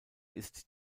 ist